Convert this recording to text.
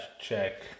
check